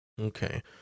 okay